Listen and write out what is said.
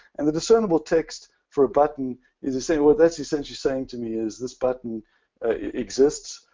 and the discernable text for a button is the saying, what that's essentially saying to me is this button exists.